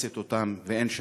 מחפשת אותם, ואין שמים,